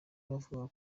abavugaga